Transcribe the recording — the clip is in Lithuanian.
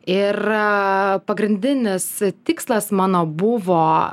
ir pagrindinis tikslas mano buvo